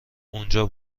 اونجا